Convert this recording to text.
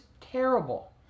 terrible